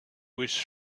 was